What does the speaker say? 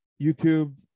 YouTube